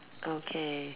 okay